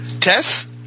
Tess